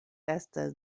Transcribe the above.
estas